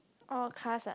all cars ah